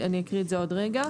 אני אקריא את זה עוד רגע.